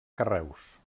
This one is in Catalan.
carreus